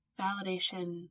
Validation